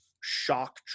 shock